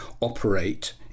operate